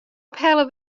ophelle